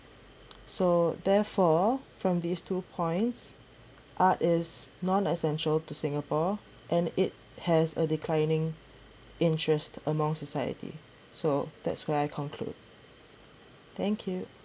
so therefore from these two points art is non essential to singapore and it has a declining interest among society so that's where I conclude thank you